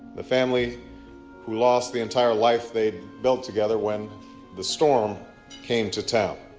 the family who lost the entire life they had built together when the storm came to town.